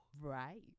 Right